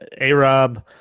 A-Rob